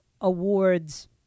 awards